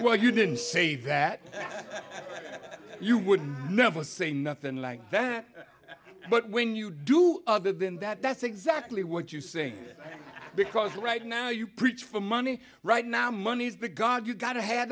well you didn't say that you would never say nothing like that but when you do other than that that's exactly what you saying because right now you preach for money right now money is the god you got to have